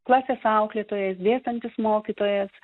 klasės auklėtojas dėstantis mokytojas